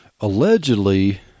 allegedly